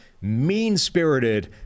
mean-spirited